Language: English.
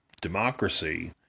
Democracy